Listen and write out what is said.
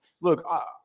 Look